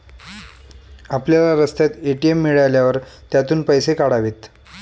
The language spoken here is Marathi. आपल्याला रस्त्यात ए.टी.एम मिळाल्यावर त्यातून पैसे काढावेत